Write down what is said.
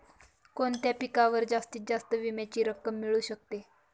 कोणत्या पिकावर जास्तीत जास्त विम्याची रक्कम मिळू शकते? पिकासोबत मी माझा विमा काढू शकतो का?